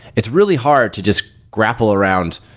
it's really hard to just grapple around,